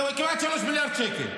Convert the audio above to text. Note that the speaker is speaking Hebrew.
3 מיליארד, כמעט 3 מיליארד שקל.